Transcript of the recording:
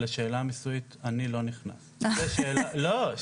אני לא נכנס לשאלה המיסויית.